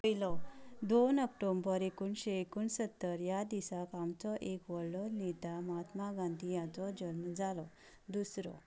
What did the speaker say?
पयलो दोन अक्टोंबर एकोणशे एकोणसत्तर ह्या दिसाक आमचो एक व्हडलो नेता महात्मा गांधी हाचो जल्म जालो दुसरो